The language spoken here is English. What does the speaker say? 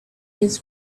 his